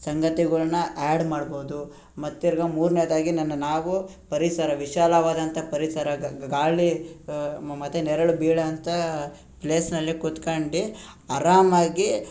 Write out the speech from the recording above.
ಸಂಗತಿಗಳ್ನ ಯಾಡ್ ಮಾಡ್ಬೋದು ಮತ್ತೆ ತಿರ್ಗಿ ಮೂರನೇದಾಗಿ ನನ್ನ ನಾವು ಪರಿಸರ ವಿಶಾಲವಾದಂತ ಪರಿಸರ ಗಾಳಿ ಮತ್ತು ನೆರಳು ಬೀಳೋಂತ ಪ್ಲೇಸಿನಲ್ಲಿ ಕೂತ್ಕಂಡು ಆರಾಮಾಗಿ